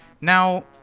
Now